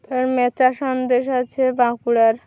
তার মেচা সন্দেশ আছে বাঁকুড়ার